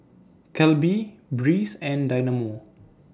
Calbee Breeze and Dynamo